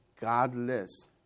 godless